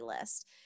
list